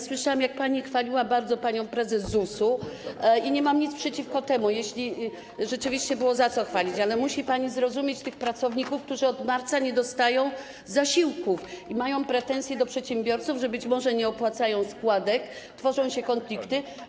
Słyszałam, jak pani bardzo chwaliła panią prezes ZUS-u, i nie mam nic przeciwko temu, jeśli rzeczywiście było za co chwalić, ale musi pani zrozumieć tych pracowników, którzy od marca nie dostają zasiłków i mają pretensje do przedsiębiorców, że być może nie opłacają składek, tworzą się konflikty.